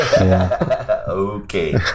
Okay